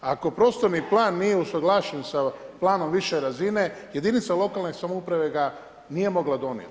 Ako prostorni plan nije usuglašen sa planom više razine, jedinica lokalne samouprave ga nije mogla donijeti.